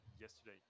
yesterday